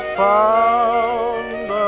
found